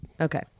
Okay